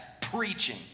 preaching